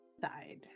side